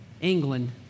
England